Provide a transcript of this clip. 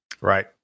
Right